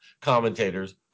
commentators